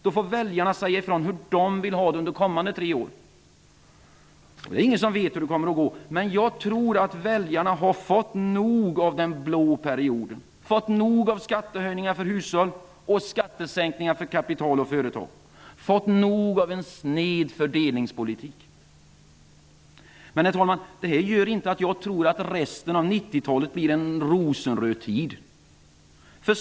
Då får väljarna säga ifrån hur de vill ha det under kommande tre år. Ingen vet hur det kommer att gå. Men jag tror att väljarna har fått nog av den blå perioden, fått nog av skattehöjningar för hushåll och skattesänkningar för kapital och företag, fått nog av en sned fördelningspolitik. Herr talman! Det här gör inte att jag tror att resten av 90-talet blir en rosenröd tid.